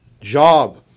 job